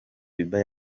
bieber